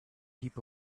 heap